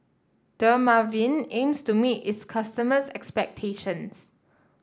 Dermaveen aims to meet its customers' expectations